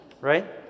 Right